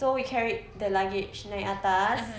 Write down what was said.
so we carried the luggage naik atas